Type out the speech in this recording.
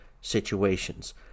situations